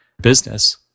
business